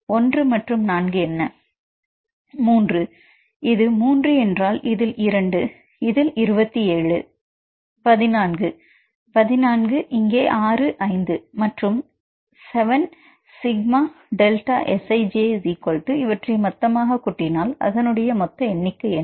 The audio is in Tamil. மாணவன் 3 இது 3 என்றால் இதில் 2 இதில் 27 மாணவன் 14 14 இங்கே 6 5 மற்றும் 7 ΣΔSij இவற்றை மொத்தமாக கூட்டினால் அதனுடைய மொத்த எண்ணிக்கை என்ன